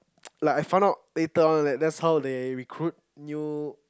like how I found out later on that that's how they recruit new